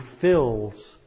fills